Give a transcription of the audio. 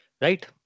Right